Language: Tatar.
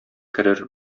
керер